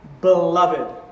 beloved